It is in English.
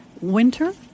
Winter